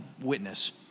witness